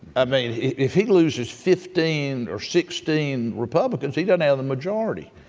i mean, if he loses fifteen or sixteen republicans, he doesn't have a majority.